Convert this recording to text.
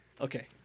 Okay